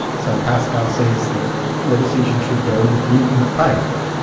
so pascal says that your decision should go with the infinite payoff,